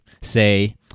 say